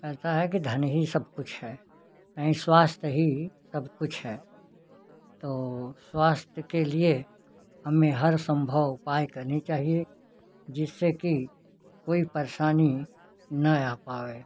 ऐसा है कि धन ही सब कुछ है नहीं स्वास्थ्य ही सब कुछ है तो स्वास्थ्य के लिए हमें हर संभव उपाय करनी चाहिए जिससे कि कोई परेशानी न आ पावे